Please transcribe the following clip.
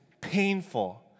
painful